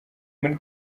muri